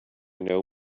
know